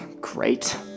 great